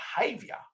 behavior